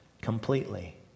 completely